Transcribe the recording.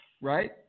Right